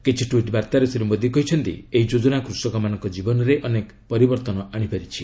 କିଛି ଟ୍ୱିଟ୍ ବାର୍ଭାରେ ଶ୍ରୀ ମୋଦୀ କହିଛନ୍ତି ଏହି ଯୋଜନା କୃଷକମାନଙ୍କ ଜୀବନରେ ଅନେକ ପରିବର୍ତ୍ତନ ଆଶିପାରିଛି